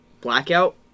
Blackout